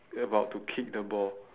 about to kick the ball